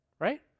Right